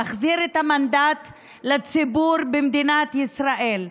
להחזיר את המנדט לציבור במדינת ישראל.